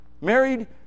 Married